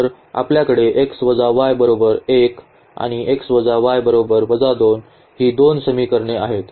तर आपल्याकडे 1 आणि ही दोन समीकरणे आहेत